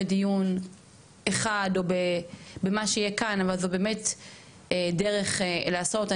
אבל זו באמת דרך לעשות בה.